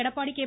Edappadi K